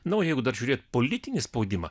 na o jeigu dar žiūrėt politinį spaudimą